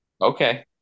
Okay